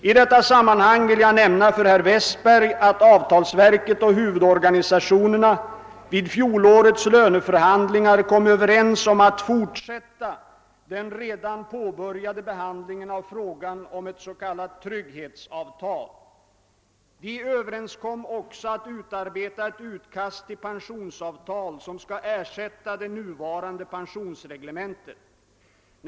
I detta sammanhang vill jag nämna för herr Westberg, att avtalsverket och huvudorganisationerna vid fjolårets löneförhandlingar kom överens om att fortsätta den redan påbörjade behandlingen av frågan om ett s.k. trygghetsavtal. De överenskom också att utarbeta ett utkast till pensionsavtal som skall ersätta det nuvarande pensionsreglementet.